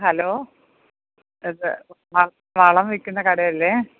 hello ഇത് വളം വിൽക്കുന്ന കടയല്ലേ